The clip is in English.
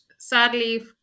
sadly